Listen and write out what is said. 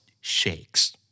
shakes